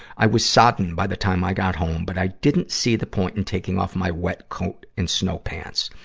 i was sodden by the time i got home, but i didn't see the point in taking off my wet coat and snow pants.